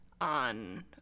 on